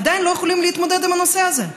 עדיין לא יכולים להתמודד עם הנושא הזה.